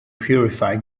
purify